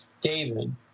David